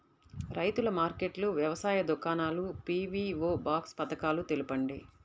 రైతుల మార్కెట్లు, వ్యవసాయ దుకాణాలు, పీ.వీ.ఓ బాక్స్ పథకాలు తెలుపండి?